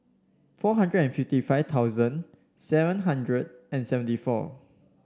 four hundred and fifty five thousand seven hundred and seventy four